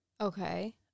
Okay